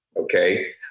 Okay